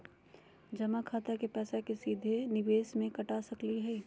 जमा खाता के पैसा का हम सीधे निवेस में कटा सकली हई?